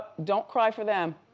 don't cry for them.